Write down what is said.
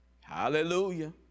Hallelujah